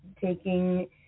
taking